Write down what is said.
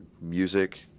music